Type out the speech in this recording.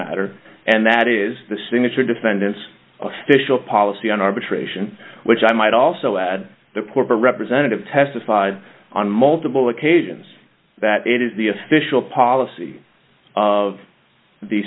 matter and that is the signature defendant's official policy on arbitration which i might also add the porter representative testified on multiple occasions that it is the official policy of the